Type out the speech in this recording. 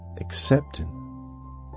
accepting